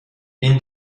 این